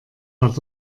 hat